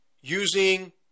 Using